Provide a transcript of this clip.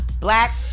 black